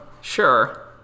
sure